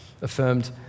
affirmed